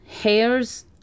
hairs